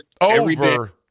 over